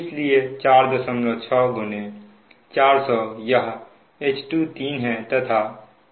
इसलिए 46400 यह H2 3 है तथा G2 1200 है